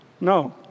no